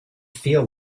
feel